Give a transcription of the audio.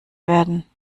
werden